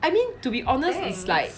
I mean to be honest it's like